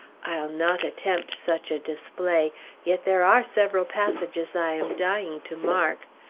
i'll not attempt such a display yet there are several passages i am dying to mark.